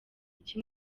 iki